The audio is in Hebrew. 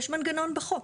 יש מנגנון בחוק.